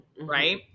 right